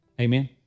Amen